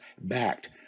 backed